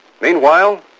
Meanwhile